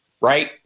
right